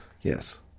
Yes